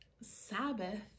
Sabbath